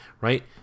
right